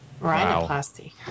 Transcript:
Rhinoplasty